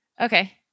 Okay